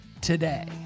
today